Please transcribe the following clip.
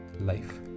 life